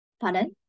pardon